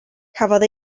cafodd